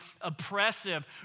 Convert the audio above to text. oppressive